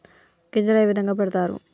గింజలు ఏ విధంగా పెడతారు?